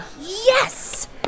Yes